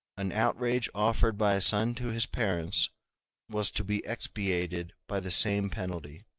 an outrage offered by a son to his parents was to be expiated by the same penalty.